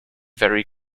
very